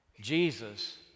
Jesus